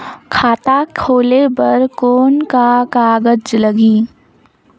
खाता खोले बर कौन का कागज लगही?